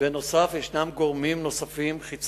חבר הכנסת חיים אמסלם שואל על מעצרם של זוג חרדים